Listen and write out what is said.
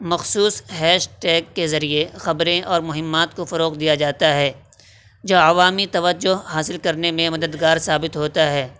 مخصوص hashtag کے ذریعے خبریں اور مہمات کو فروغ دیا جاتا ہے جو عوامی توجہ حاصل کرنے میں مددگار ثابت ہوتا ہے